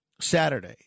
Saturday